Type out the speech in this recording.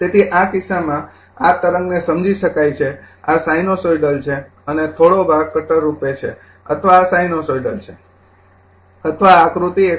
તેથી આ કિસ્સામાં આ તરંગને સમજી શકાય છે આ સાઈનોસોઇડલ છે અને થોડો ભાગ કટર રૂપે છે અથવા આ સાઈનોસોઇડલ છે અથવા આ આકૃતિ ૧